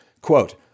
quote